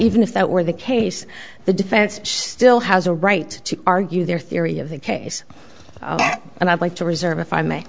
even if that were the case the defense still has a right to argue their theory of the case and i'd like to reserve if i may